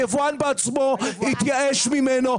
היבואן בעצמו התייאש ממנו.